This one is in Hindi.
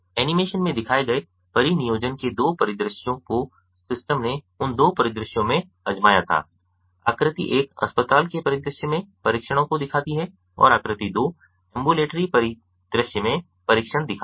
एनीमेशन में दिखाए गए परिनियोजन के दो परिदृश्यों को सिस्टम ने उन दो परिदृश्यों में आज़माया था आकृति एक अस्पताल के परिदृश्य में परीक्षणों को दिखाती है और आकृति दो एम्बुलेटरी परिदृश्य में परीक्षण दिखाती है